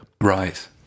Right